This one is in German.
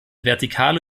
vertikale